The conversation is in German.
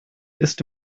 ist